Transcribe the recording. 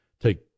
take